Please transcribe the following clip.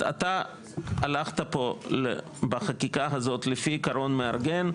אתה הלכת פה בחקיקה הזאת לפי עיקרון מארגן,